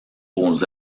aux